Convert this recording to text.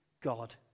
God